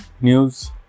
news